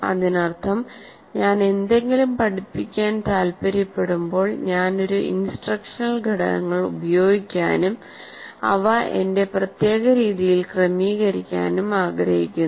അതിനർത്ഥം ഞാൻ എന്തെങ്കിലും പഠിപ്പിക്കാൻ താൽപ്പര്യപ്പെടുമ്പോൾ ഞാൻ ഒരു ഇൻസ്ട്രക്ഷണൽ ഘടകങ്ങൾ ഉപയോഗിക്കാനും അവ എന്റെ പ്രത്യേക രീതിയിൽ ക്രമീകരിക്കാനും ആഗ്രഹിക്കുന്നു